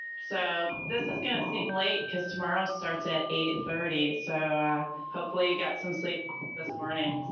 so this is going to seem late because tomorrow starts at eight thirty so hopefully you got some sleep this morning.